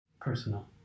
Personal